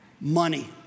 money